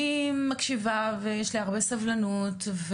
אני מקשיבה ויש לי הרבה סבלנות,